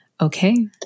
Okay